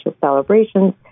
celebrations